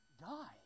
die